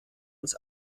uns